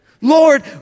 Lord